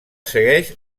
segueix